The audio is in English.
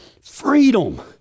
Freedom